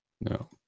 No